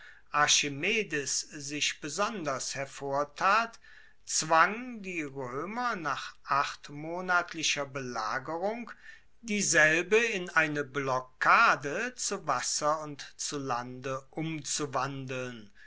archimedes sich besonders hervortat zwang die roemer nach achtmonatlicher belagerung dieselbe in eine blockade zu wasser und zu lande umzuwandeln